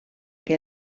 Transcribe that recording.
que